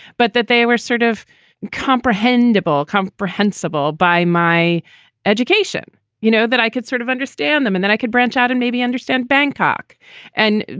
but that they were sort of incomprehensible, comprehensible by my education. you know, that i could sort of understand them and then i could branch out and maybe understand bangkok and,